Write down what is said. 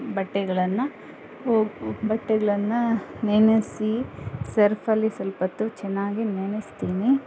ಬಟ್ಟೆಗಳನ್ನು ಬಟ್ಟೆಗಳನ್ನ ನೆನೆಸಿ ಸರ್ಫಲ್ಲಿ ಸ್ವಲ್ಪೊತ್ತು ಚೆನ್ನಾಗಿ ನೆನೆಸ್ತೀನಿ